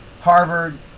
Harvard